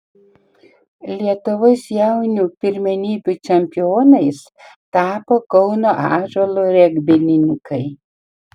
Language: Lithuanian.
lietuvos jaunių pirmenybių čempionais tapo kauno ąžuolo regbininkai